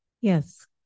Yes